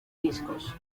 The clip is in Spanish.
discos